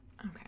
Okay